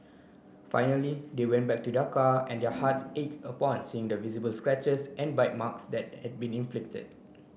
finally they went back to their car and their hearts ache upon seeing the visible scratches and bite marks that had been inflicted